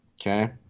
okay